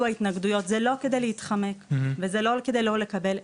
התנגדויות זה לא כדי להתחמק וזה לא כדי לא לקבל,